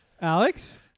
Alex